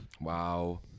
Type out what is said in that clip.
Wow